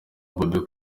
bobbi